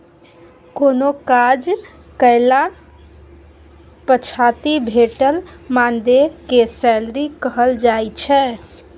कोनो काज कएला पछाति भेटल मानदेय केँ सैलरी कहल जाइ छै